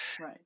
Right